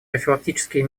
профилактические